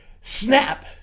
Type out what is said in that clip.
snap